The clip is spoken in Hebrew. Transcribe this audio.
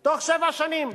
בתוך שבע שנים.